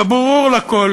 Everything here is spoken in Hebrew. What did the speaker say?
וברור לכול